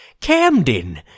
Camden